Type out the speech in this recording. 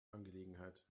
angelegenheit